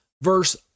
verse